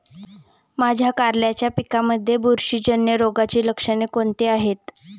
माझ्या कारल्याच्या पिकामध्ये बुरशीजन्य रोगाची लक्षणे कोणती आहेत?